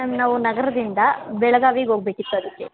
ma'am ನಾವು ನಗರದಿಂದ ಬೆಳಗಾವಿಗೆ ಹೋಗ್ಬೇಕಿತ್ತು ಅದಕ್ಕೆ